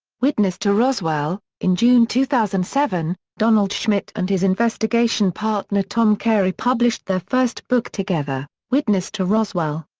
witness to roswell in june two thousand and seven, donald schmitt and his investigation partner tom carey published their first book together, witness to roswell.